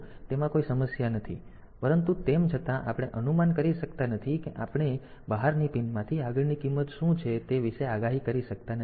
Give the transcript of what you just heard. તેથી તેમાં કોઈ સમસ્યા નથી પરંતુ તેમ છતાં આપણે અનુમાન કરી શકતા નથી કે આપણે બહારની પિનમાંથી આગળની કિંમત શું છે તે વિશે આગાહી કરી શકતા નથી